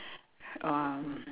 um